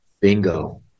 Bingo